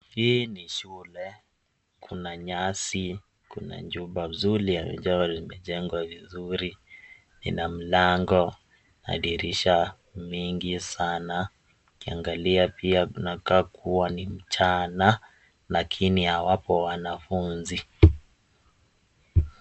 Hii ni shule, kuna nyasi, kuna jumba nzuri ambalo limejengwa vizuri lina mlango na dirisha mingi sana, ukiangalia pia kunakaa kuwa ni mchana lakini hawapo wanafunzi.